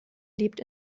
lebt